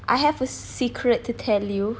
I have a secret to tell you